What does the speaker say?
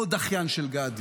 עוד אחיין של גדי,